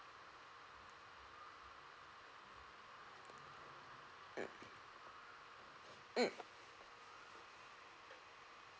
mm mm